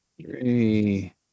three